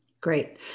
Great